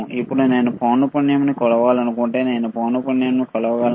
ఇప్పుడు నేను పౌనపున్యంని కొలవాలనుకుంటే నేను పౌనపున్యంని కొలవగలనా